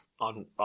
on